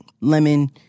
lemon